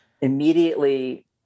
immediately